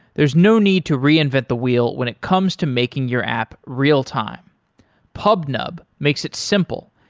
there is no need to reinvent the wheel when it comes to making your app real-time pubnub makes it simple,